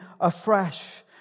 afresh